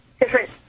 different